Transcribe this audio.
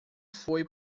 foi